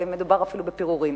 מדובר אפילו בפירורים.